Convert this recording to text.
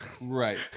Right